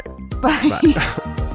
bye